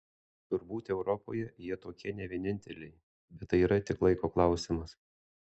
turbūt europoje jie tokie ne vieninteliai bet tai yra tik laiko klausimas